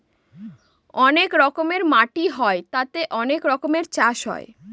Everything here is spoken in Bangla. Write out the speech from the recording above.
অনেক রকমের মাটি হয় তাতে অনেক রকমের চাষ হয়